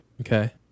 Okay